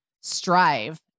strive